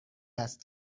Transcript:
است